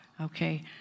Okay